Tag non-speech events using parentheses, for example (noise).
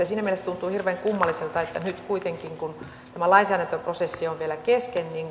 (unintelligible) siinä mielessä tuntuu hirveän kummalliselta että nyt kuitenkin kun tämä lainsäädäntöprosessi on vielä kesken